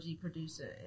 producer